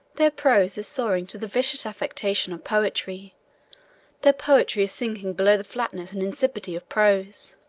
their prose is soaring to the vicious affectation of poetry their poetry is sinking below the flatness and insipidity of prose.